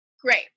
Great